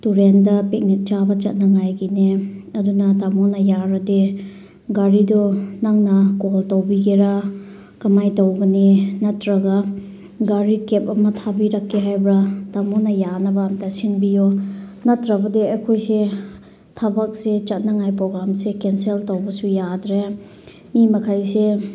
ꯇꯨꯔꯦꯜꯗ ꯄꯤꯛꯅꯤꯛ ꯆꯥꯕ ꯆꯠꯅꯉꯥꯏꯒꯤꯅꯦ ꯑꯗꯨꯅ ꯇꯥꯃꯣꯅ ꯌꯥꯔꯗꯤ ꯒꯥꯔꯤꯗꯣ ꯅꯪꯅ ꯀꯣꯜ ꯇꯧꯕꯤꯒꯦꯔꯥ ꯀꯃꯥꯏꯅ ꯇꯧꯒꯅꯤ ꯅꯠꯇ꯭ꯔꯒ ꯒꯥꯔꯤ ꯀꯦꯞ ꯑꯃ ꯊꯥꯕꯤꯔꯛꯀꯦ ꯍꯥꯏꯕ꯭ꯔꯥ ꯇꯥꯃꯣꯅ ꯌꯥꯅꯕ ꯑꯃꯇ ꯁꯤꯟꯕꯤꯌꯣ ꯅꯠꯇ꯭ꯔꯕꯗꯤ ꯑꯩꯈꯣꯏꯁꯦ ꯊꯕꯛꯁꯦ ꯆꯠꯅꯉꯥꯏ ꯄ꯭ꯔꯣꯒ꯭ꯔꯥꯝꯁꯦ ꯀꯦꯟꯁꯦꯜ ꯇꯧꯕꯁꯨ ꯌꯥꯗ꯭ꯔꯦ ꯃꯤ ꯃꯈꯩꯁꯦ